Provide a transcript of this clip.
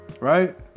right